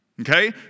Okay